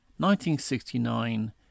1969